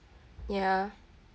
ya